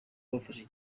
bafashe